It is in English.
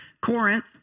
Corinth